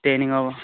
training হ'ব